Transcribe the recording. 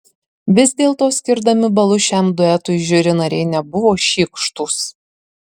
vis dėlto skirdami balus šiam duetui žiuri nariai nebuvo šykštūs